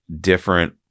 different